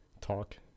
talk